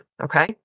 okay